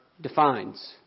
defines